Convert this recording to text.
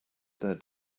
their